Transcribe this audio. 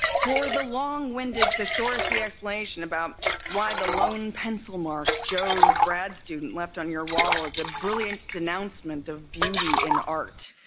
for the long-winded, thesaurus-y explanation about why the lone pencil mark joe grad-student left on your wall is a brilliant denouncement of beauty in art.